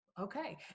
Okay